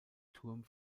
turm